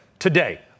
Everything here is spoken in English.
Today